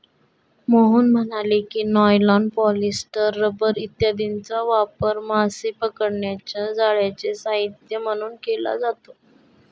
मोहन म्हणाले की, nylon, polyester, rubber इत्यादींचा वापर मासे पकडण्याच्या जाळ्यांचे साहित्य म्हणून केला जातो